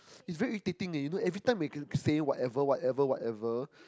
is very irritating leh you know every time say can whatever whatever whatever